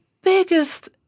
biggest